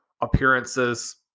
appearances